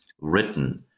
written